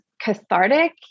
cathartic